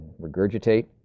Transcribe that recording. regurgitate